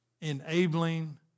enabling